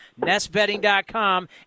nestbetting.com